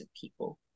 people